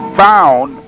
found